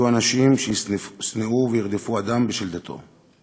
יהיו אנשים שישנאו וירדפו אדם בשל דתו.